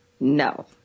no